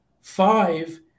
five